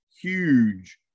huge